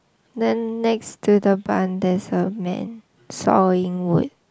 then next to the barn there's a man sawing wood